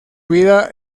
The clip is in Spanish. vida